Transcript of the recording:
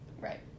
Right